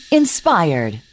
inspired